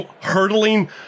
hurtling